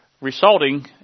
resulting